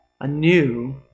anew